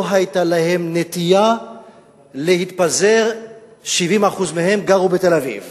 לא היתה להם נטייה להתפזר: 70% מהם גרו בתל-אביב.